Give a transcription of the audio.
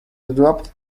dropped